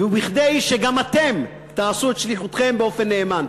כדי שגם אתם תעשו את שליחותכם באופן נאמן.